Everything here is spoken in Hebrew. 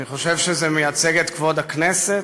אני חושב שזה מייצג את כבוד הכנסת.